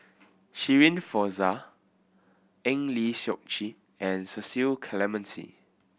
Shirin Fozdar Eng Lee Seok Chee and Cecil Clementi